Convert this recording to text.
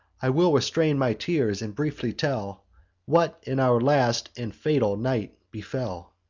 i will restrain my tears, and briefly tell what in our last and fatal night befell.